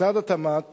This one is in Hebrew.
משרד התמ"ת